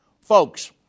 Folks